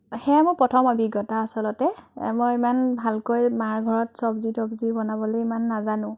সেয়া মোৰ প্ৰথম অভিজ্ঞতা আচলতে মই ইমান ভালকৈ মাৰ ঘৰত চব্জি তব্জি বনাবলৈ ইমান নাজানো